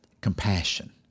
compassion